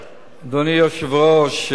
אדוני היושב-ראש,